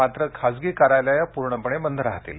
मात्र खासगी कार्यालयं पूर्णपणे बंद राहतील